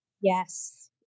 Yes